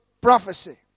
prophecy